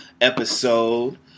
episode